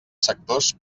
sectors